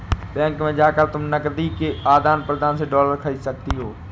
bank में जाकर तुम नकदी के आदान प्रदान से डॉलर खरीद सकती हो